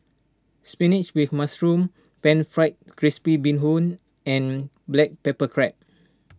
Spinach with Mushroom Pan Fried Crispy Bee Hoon and Black Pepper Crab